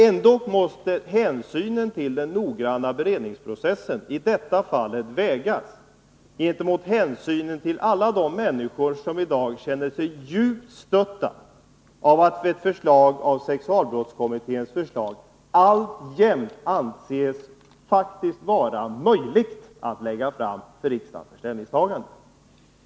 Ändå måste hänsynen till den noggranna beredningsprocessen i detta fall vägas gentemot hänsynen till alla de människor som i dag känner sig djupt stötta av att sexualbrottskommitténs förslag alltjämt anses vara möjligt att lägga fram för riksdagen för ställningstagande.